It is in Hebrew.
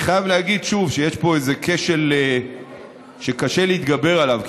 אני חייב להגיד שוב שיש פה איזה כשל שקשה להתגבר עליו,